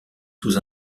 sous